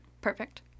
perfect